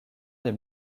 des